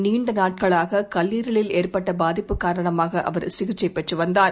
நீண்டநாட்களாகாரலில் ஏற்பட்டபாதிப்பு காரணமாகஅவர் சிகிச்சைபெற்றுவந்தார